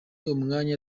umwanya